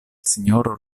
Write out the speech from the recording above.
sinjoro